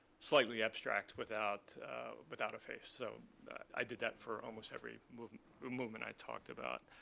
slightly abstract without without a face. so i did that for almost every movement movement i talked about.